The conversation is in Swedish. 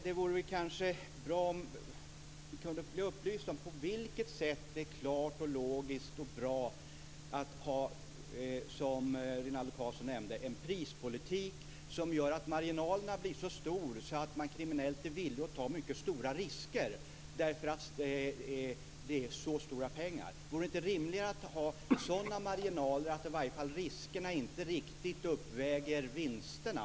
Det vore bra om vi kunde bli upplysta om på vilket sätt det är logiskt och bra att ha en prispolitik, som Rinaldo Karlsson nämnde, som gör att marginalen blir så stor att man kriminellt är villig att ta mycket stora risker. Det handlar om så stora pengar. Vore det inte rimligare att ha sådana marginaler att riskerna inte riktigt uppväger vinsterna?